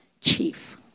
chief